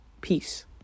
peace